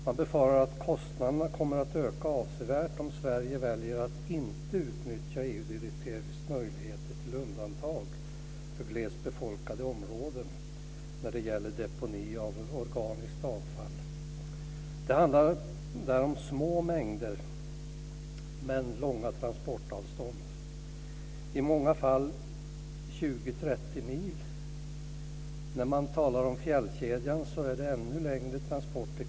Man befarar att kostnaderna kommer att öka avsevärt om Sverige väljer att inte utnyttja EU-direktivets möjligheter till undantag för glest befolkade områden när det gäller deponi av organiskt avfall. Det handlar om små mängder men långa transportavstånd. I många fall rör det sig om 20-30 mil. När det talas om fjällkedjan är det fråga om ännu längre transporter.